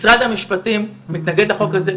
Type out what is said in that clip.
משרד המשפטים מתנגד לחוק הזה,